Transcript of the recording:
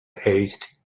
haste